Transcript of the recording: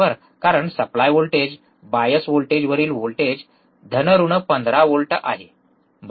कारण supply voltage bias व्होल्टेजवरील voltage धन ऋण 15 व्होल्ट आहे बरोबर